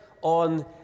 on